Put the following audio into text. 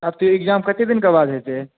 आब तऽ एग्जाम कते दिनके बाद हेतै